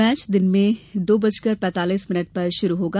match दिन में दो बज कर पैंतालीस मिनट पर शुरू होगा